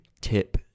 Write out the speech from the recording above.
tip